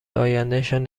آیندهشان